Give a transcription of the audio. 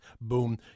Boom